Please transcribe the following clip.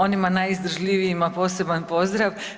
Onima najizdržljivijima poseban pozdrav.